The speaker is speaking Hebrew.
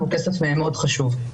והוא כסף מאוד חשוב.